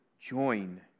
join